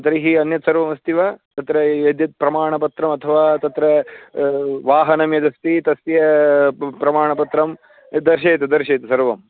तर्हि अन्यत् सर्वमस्ति वा तत्र यद्यद् प्रमाणपत्रम् अथवा तत्र वाहनं यदस्ति तस्य प् प्रमाणपत्रं दर्शयतु दर्शयतु सर्वम्